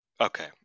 Okay